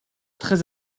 très